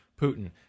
Putin